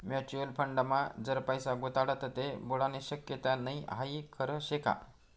Mutual फंडमा जर पैसा गुताडात ते बुडानी शक्यता नै हाई खरं शेका?